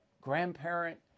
grandparent